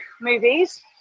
movies